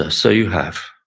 ah so you have.